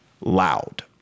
loud